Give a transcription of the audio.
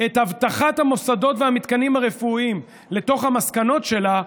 את הבטחת המוסדות והמתקנים הרפואיים לתוך המסקנות שלה,